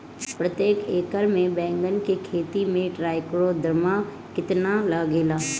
प्रतेक एकर मे बैगन के खेती मे ट्राईकोद्रमा कितना लागेला?